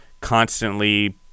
constantly